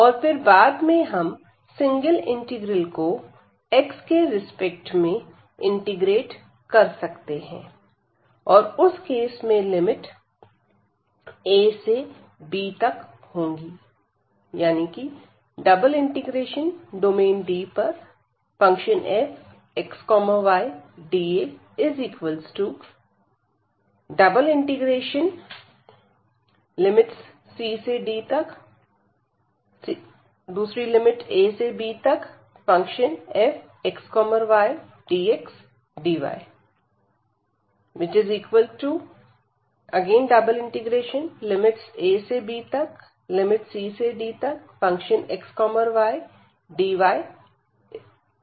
और फिर बाद में हम सिंगल इंटीग्रल को x के रिस्पेक्ट में इंटीग्रेट कर सकते हैं और उस केस में लिमिट a से b तक होगी